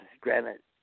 granite